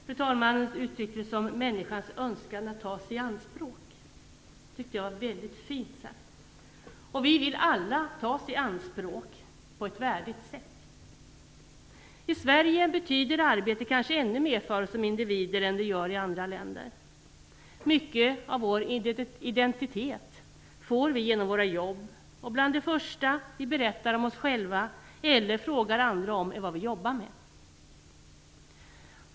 Fru talmannen uttryckte det som människans önskan att tas i anspråk. Det tyckte jag var väldigt fint sagt. Vi vill alla tas i anspråk på ett värdigt sätt. I Sverige betyder arbete kanske ännu mer för oss som individer än det gör i andra länder. Mycket av vår identitet får vi genom våra jobb, och bland det första vi berättar om oss själva eller frågar andra om är vad vi jobbar med.